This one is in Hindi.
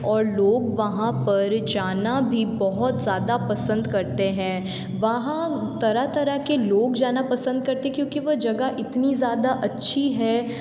और लोग वहाँ पर जाना भी बहुत ज़्यादा पसंद करते हैं वहाँ तरह तरह के लोग जाना पसंद करते हैं क्योंकि वो जगह इतनी ज़्यादा अच्छी है